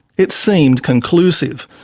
it seemed conclusive.